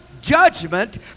judgment